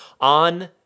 on